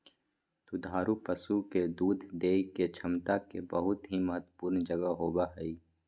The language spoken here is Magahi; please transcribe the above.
दुधारू पशु के दूध देय के क्षमता के बहुत ही महत्वपूर्ण जगह होबय हइ